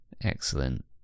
excellent